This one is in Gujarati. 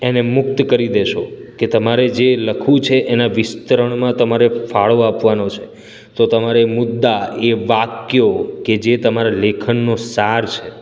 એને મુક્ત કરી દેશો કે તમારે જે લખવું છે એના વિસ્તરણમાં તમારે ફાળો આપવાનો છે તો તમારે એ મુદ્દા એ વાક્યો કે જે તમારા લેખનનો સાર છે